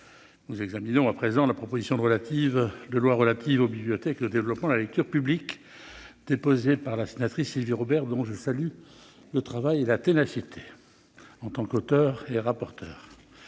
nous examinons à présent la proposition de loi « Bibliothèques et développement de la culture publique », déposée par la sénatrice Sylvie Robert, dont je salue le travail et la ténacité en tant qu'auteure et rapporteure.